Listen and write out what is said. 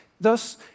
Thus